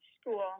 School